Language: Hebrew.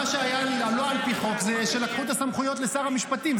מה שהיה לא על פי חוק זה שלקחו את הסמכויות לשר המשפטים.